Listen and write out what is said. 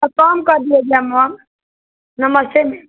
तो कम करिएगा मैम नमस्ते मैम